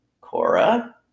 Cora